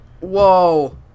Whoa